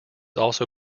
also